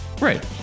Right